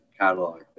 Catalog